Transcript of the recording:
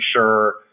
sure